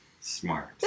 Smart